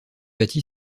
bâti